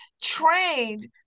trained